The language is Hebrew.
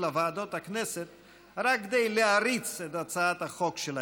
לוועדות הכנסת רק כדי להריץ את הצעת החוק שלהם,